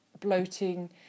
bloating